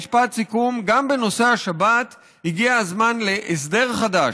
משפט סיכום: גם בנושא השבת הגיע הזמן להסדר חדש,